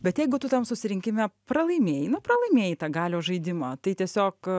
bet jeigu tu tam susirinkime pralaimėjai nu pralaimėjai tą galios žaidimą tai tiesiog